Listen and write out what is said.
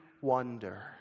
wonder